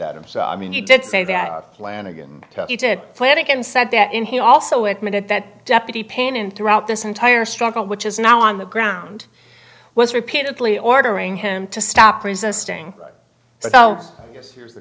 that i'm so i mean you did say that flanagan you did plan it and said that in he also admitted that deputy pain in throughout this entire struggle which is now on the ground was repeatedly ordering him to stop resisting so